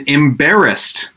embarrassed